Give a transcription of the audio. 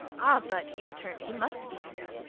ah, but, he returned, he must be, you know,